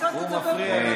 זה מפריע לי.